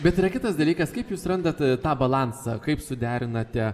bet yra kitas dalykas kaip jūs randat tą balansą kaip suderinate